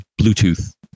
Bluetooth